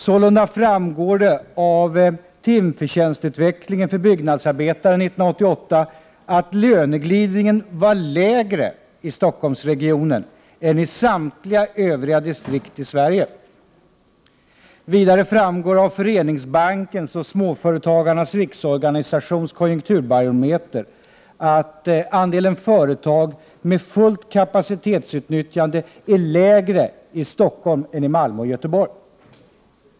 Sålunda framgår det av timförtjänstutvecklingen för byggnadsarbetare 1988 att löneglidningen var lägre i Stockholmsregionen än i samtliga övriga distrikt i Sverige. Vidare framgår det av Föreningsbankens och Småföretagens Riksorganisations konjunkturbarometer att andelen företag med fullt kapacitetsutnyttjande är lägre i Stockholm än i Malmö och i Göteborg.